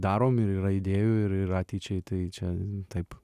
darom ir yra idėjų ir ir ateičiai tai čia taip